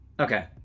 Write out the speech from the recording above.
Okay